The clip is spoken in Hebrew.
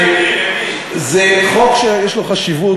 זה חוק שיש לו חשיבות,